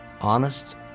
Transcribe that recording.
honest